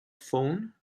phone